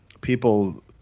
people